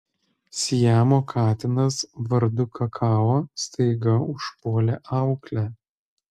siamo katinas vardu kakao staiga užpuolė auklę